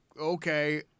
Okay